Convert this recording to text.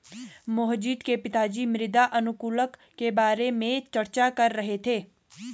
मोहजीत के पिताजी मृदा अनुकूलक के बारे में चर्चा कर रहे थे